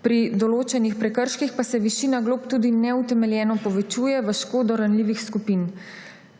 Pri določenih prekrških pa se višina glob tudi neutemeljeno povečuje v škodo ranljivih skupin.